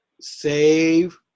save